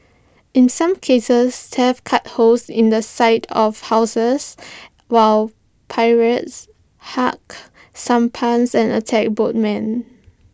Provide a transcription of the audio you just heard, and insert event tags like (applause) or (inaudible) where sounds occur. in some cases thieves cut holes in the side of houses while pirates (unintelligible) sampans and attacked boatmen